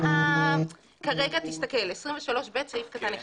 תסתכל, 23ב(א)(1),